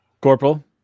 Corporal